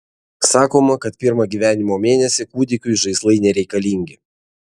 sakoma kad pirmą gyvenimo mėnesį kūdikiui žaislai nereikalingi